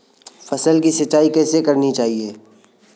फसल की सिंचाई कैसे करनी चाहिए?